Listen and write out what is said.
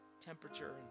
temperature